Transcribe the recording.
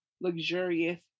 luxurious